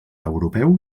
europeu